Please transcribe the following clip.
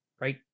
right